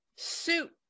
suit